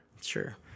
Sure